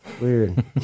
Weird